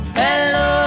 hello